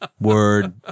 word